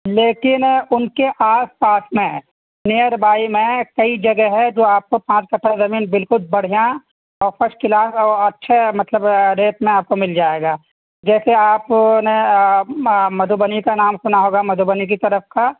لیکن ان کے آس پاس میں نیئر بائی میں صحیح جگہ ہے جو آپ کو پانچ کٹھہ زمین بالکل بڑھیاں اور فسٹ کلاس اور اچھے مطلب ریٹ میں آپ کو مل جائے گا جو کہ آپ نے مدھوبنی کا نام سنا ہوگا مدھوبنی کی طرف کا